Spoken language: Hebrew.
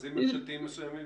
במכרזים ממשלתיים מסוימים.